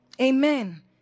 Amen